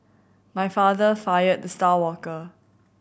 my father fired the star worker